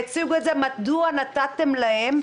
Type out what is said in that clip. מדוע נתתם להם להתקדם?